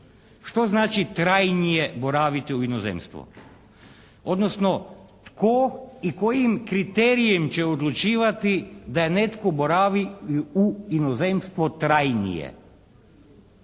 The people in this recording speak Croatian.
Što znači trajnije boraviti u inozemstvu odnosno tko i kojim kriterijem će odlučivati da netko boravi u inozemstvu trajnije?